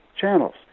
channels